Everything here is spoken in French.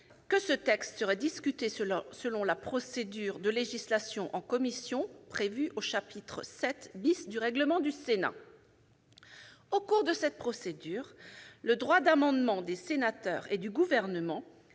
que ce texte serait discuté selon la procédure de législation en commission prévue au chapitre VII du règlement du Sénat. Au cours de cette procédure, le droit d'amendement des sénateurs et du Gouvernement